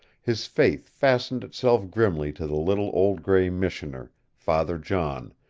his faith fastened itself grimly to the little old gray missioner, father john,